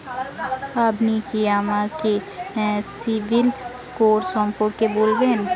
আপনি কি আমাকে সিবিল স্কোর সম্পর্কে বলবেন?